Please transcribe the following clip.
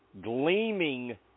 gleaming